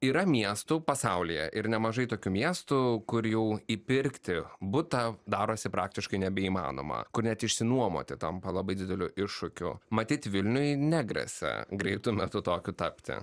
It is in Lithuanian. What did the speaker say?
yra miestų pasaulyje ir nemažai tokių miestų kur jau įpirkti butą darosi praktiškai nebeįmanoma kur net išsinuomoti tampa labai dideliu iššūkiu matyt vilniui negresia greitu metu tokiu tapti